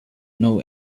know